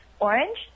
Orange